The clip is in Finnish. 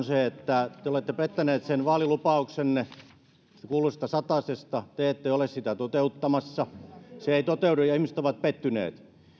se että te olette pettäneet sen vaalilupauksenne siitä kuuluisasta satasesta te ette ole sitä toteuttamassa se ei toteudu ja ihmiset ovat pettyneet